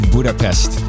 Budapest